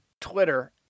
Twitter